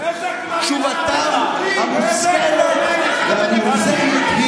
תשובתם המושכלת והמאוזנת היא: